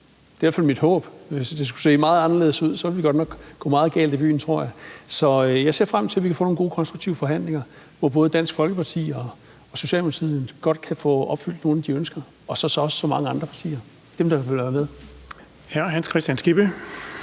Det er i hvert fald mit håb. Hvis det skulle se meget anderledes ud, ville vi godt nok gå meget galt i byen, tror jeg. Så jeg ser frem til, at vi kan få nogle gode, konstruktive forhandlinger, hvor både Dansk Folkeparti og Socialdemokratiet godt kan få opfyldt nogle af de ønsker og også mange andre partier – dem, der vil være med. Kl. 20:36 Den fg.